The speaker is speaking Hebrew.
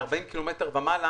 וב-40% ומעלה